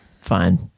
fine